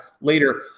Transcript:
later